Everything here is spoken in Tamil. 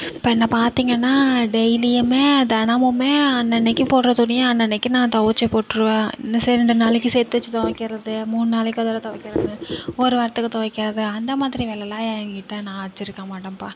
இப்போ என்னை பார்த்தீங்கன்னா டெய்லியுமே தினமுமே அன்னன்னைக்கு போடுற துணியை அன்னன்னைக்கு நான் துவச்சி போட்டிருவேன் ரெண்டு நாளைக்கு சேர்த்து வச்சி துவைக்கிறது மூனு நாளைக்கு ஒரு தடவ துவைக்கிறது ஒரு வாரத்திற்கு துவைக்கிறது அந்த மாதிரி வேலைலாம் எங்கிட்ட நான் வச்சிருக்க மாட்டேன்பா